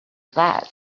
that